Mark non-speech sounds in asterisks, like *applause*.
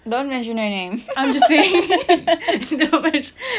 don't mention her name *laughs* don't mention